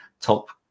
top